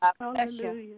hallelujah